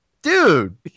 Dude